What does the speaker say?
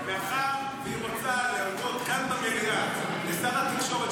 מאחר שהיא רוצה להודות כאן במליאה לשר התקשורת,